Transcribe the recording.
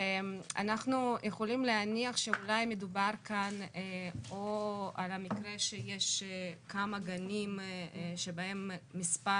ואנחנו יכולים להניח שאולי מדובר כאן או על המקרה שיש כמה גנים שבהם מספר